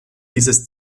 dieses